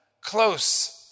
close